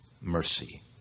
mercy